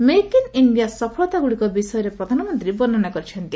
make in India ସଫଳତାଗୁଡ଼ିକ ବିଷୟରେ ପ୍ରଧାନମନ୍ତ୍ରୀ ବର୍ଷ୍ଣନା କରିଛନ୍ତି